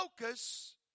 focus